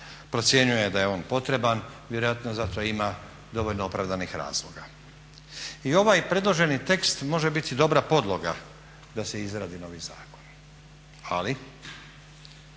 procjenjuje da je on potreban, vjerojatno zato ima dovoljno opravdanih razloga. I ovaj predloženi tekst može biti dobra podloga da se izradi novi zakon. Ali